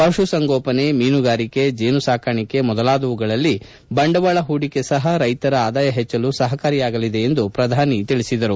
ಪಶುಸಂಗೋಪನೆ ಮೀನುಗಾರಿಕೆ ಜೇನು ಸಾಕಾಣಿಕೆ ಮೊದಲಾದವುಗಳಲ್ಲಿ ಬಂಡವಾಳ ಹೂಡಿಕೆ ಸಹ ರೈತರ ಆದಾಯ ಹೆಜ್ವಲು ಸಹಕಾರಿಯಾಗಲಿದೆ ಎಂದು ಪ್ರಧಾನಿ ಮೋದಿ ಹೇಳಿದರು